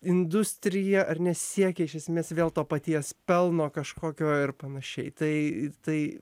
industrija ar nesiekia iš esmės vėl to paties pelno kažkokio ir panašiai tai tai